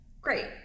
great